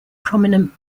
prominent